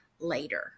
later